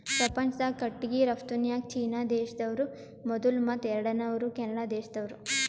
ಪ್ರಪಂಚ್ದಾಗೆ ಕಟ್ಟಿಗಿ ರಫ್ತುನ್ಯಾಗ್ ಚೀನಾ ದೇಶ್ದವ್ರು ಮೊದುಲ್ ಮತ್ತ್ ಎರಡನೇವ್ರು ಕೆನಡಾ ದೇಶ್ದವ್ರು